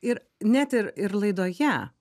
ir net ir ir laidoje